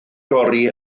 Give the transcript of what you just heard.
dorri